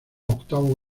octavo